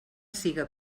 siga